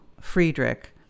Friedrich